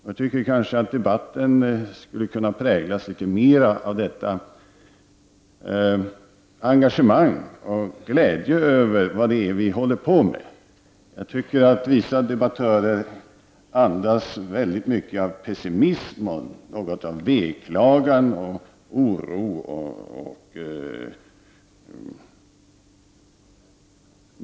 Jag tycker att debatten borde kunna präglas litet mera av engagemang och glädje över vad vi håller på med. Jag tycker att vissa debattörer andas för mycket pessimism och veklagan och oro.